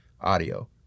audio